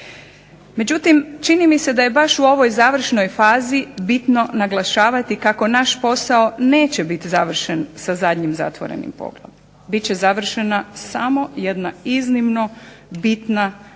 Međutim, čini mi se da je baš u ovoj završnoj fazi bitno naglašavati kako naš posao neće biti završen sa zadnjim zatvorenim poglavljem, bit će završena samo jedna iznimno bitna etapa,